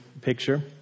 picture